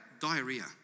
diarrhea